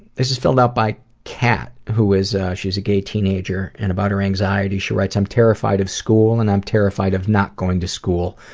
this is filled out by cat who she is a gay teenager, and about her anxiety she writes, i'm terrified of school and i'm terrified of not going to school.